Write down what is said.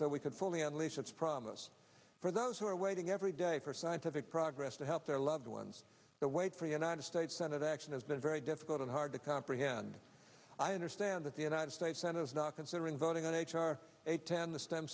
so we could fully unleash its promise for those who are waiting every day for scientific progress to help their loved ones the wait for united states senate action has been very difficult and hard to comprehend i understand that the united states senate is not considering voting on h r eight ten the stem